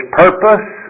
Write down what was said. purpose